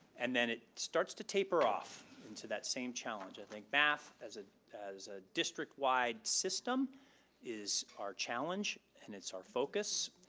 and then it starts to taper off and to that same challenge. i think math as ah as a district wide system is our challenge and it's our focus.